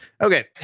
okay